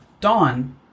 Dawn